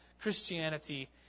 Christianity